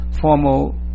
formal